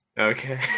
Okay